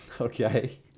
Okay